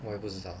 我也不知道